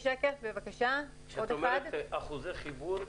כשאת אומרת אחוזי חיבור?